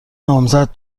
نامزد